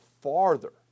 farther